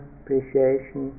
appreciation